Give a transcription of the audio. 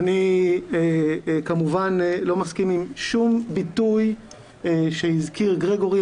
אני כמובן לא מסכים עם שום ביטוי שהזכיר גרגורי.